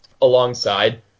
alongside